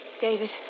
David